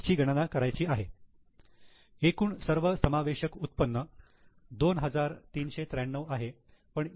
ची गणना करायची आहे एकूण सर्वसमावेशक उत्पन्न 2393 आहे पण इ